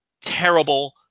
terrible